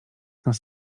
nas